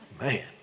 Man